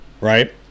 right